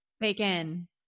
Bacon